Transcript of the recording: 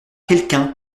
quelqu’un